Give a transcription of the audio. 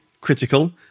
critical